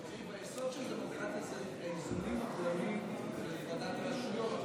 היסוד של דמוקרטיה זה האיזונים והבלמים של הפרדת הרשויות,